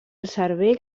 cervell